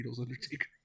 Undertaker